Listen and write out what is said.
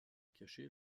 caché